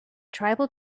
tribal